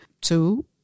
Two